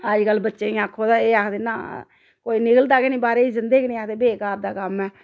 अज्जकल बच्चें गी आक्खो ते एह् आखदे नां कोई निकलदा गै नेईं बाह्रै गी जंदे गै नेईं आखदे बेकार दा कम्म ऐ